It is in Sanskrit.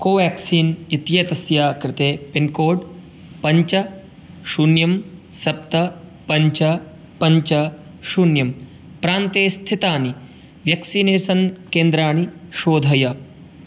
कोवेक्सीन् इत्यतस्य कृते पिन्कोड् पञ्च शून्यं सप्त पञ्च पञ्च शून्यं प्रान्ते स्थितानि व्यक्सिनेसन् केन्द्राणि शोधय